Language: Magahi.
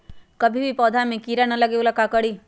कभी भी पौधा में कीरा न लगे ये ला का करी?